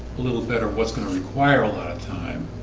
little better what's gonna require a lot of time?